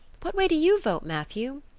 what way do you vote, matthew?